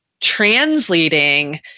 translating